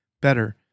better